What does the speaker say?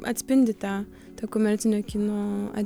atspindi tą to komercinio kino